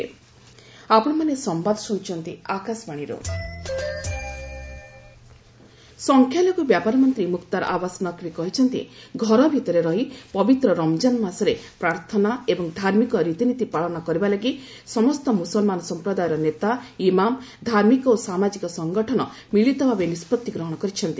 ନକ୍ଭୀ ରମଜାନ୍ ସଂଖ୍ୟାଲଘୁ ବ୍ୟାପାର ମନ୍ତ୍ରୀ ମୁକ୍ତାର ଆବାସ ନକ୍ଭୀ କହିଛନ୍ତି ଯେ ଘର ଭିତରେ ରହି ପବିତ୍ର ରମଜାନ୍ ମାସରେ ପ୍ରାର୍ଥନା ଏବଂ ଧାର୍ମିକ ରିତିନୀତି ପାଳନ କରିବା ଲାଗି ସମସ୍ତ ମୁସଲମାନ ସଂପ୍ରଦାୟର ନେତା ଇମାମ୍ ଧାର୍ମିକ ଓ ସାମାଜିକ ସଂଗଠନ ମିଳିତ ଭାବେ ନିଷ୍ପଭି ଗ୍ରହଣ କରିଛନ୍ତି